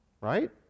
right